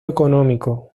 económico